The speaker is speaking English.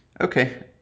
Okay